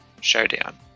showdown